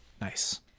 Nice